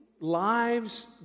lives